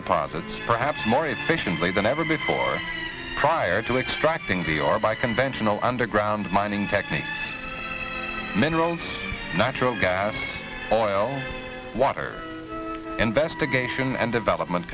deposits perhaps more efficiently than ever before prior to extracting the or by conventional underground mining techniques mineral natural gas oil water investigation and development